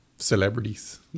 celebrities